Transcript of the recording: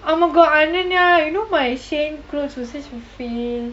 oh my god ananya you know my Shein clothes was such a fail